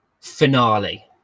finale